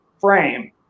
frame